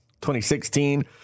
2016